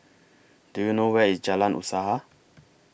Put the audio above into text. Do YOU know Where IS Jalan Usaha